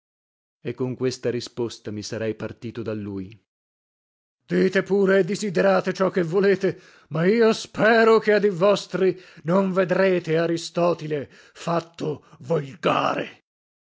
e con questa risposta mi sarei partito da lui lasc dite pure e disiderate ciò che volete ma io spero che a dì vostri non vedrete aristotile fatto